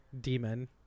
demon